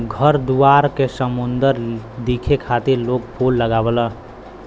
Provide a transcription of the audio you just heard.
घर दुआर के सुंदर दिखे खातिर लोग फूल लगावलन